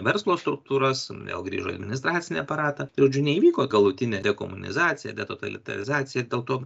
verslo struktūras vėl grįžo į administracinį aparatą žodžiu neįvyko galutinė dekomunizacija detotalitarizacija ir dėl to